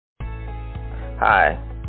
Hi